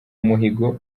umuhigo